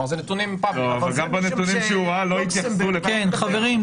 גם בנתונים שהוא ראה לא התייחסו --- חברים.